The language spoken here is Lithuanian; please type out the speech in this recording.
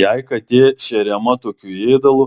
jei katė šeriama tokiu ėdalu